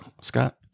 Scott